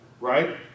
Right